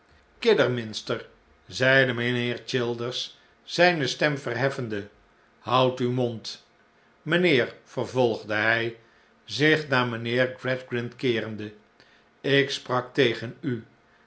kidderminster zeide mijnheer childers zijne stem verheffende houd uw mond mijnheer vervolgde hij zich naar mijnheer gradgrind keerende ik sprak tegen u